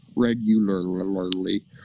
Regularly